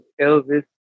Elvis